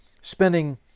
spending